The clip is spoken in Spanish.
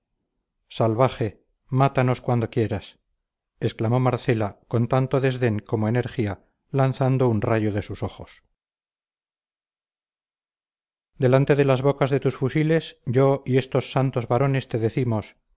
salvaje mátanos cuando quieras exclamó marcela con tanto desdén como energía lanzando un rayo de sus ojos delante de las bocas de tus fusiles yo y estos santos varones te decimos